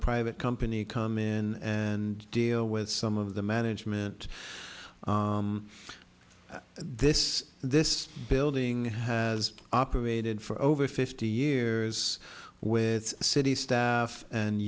private company come in and deal with some of the management this this building has operated for over fifty years with city staff and